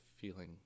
feeling